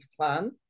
plan